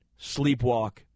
sleepwalk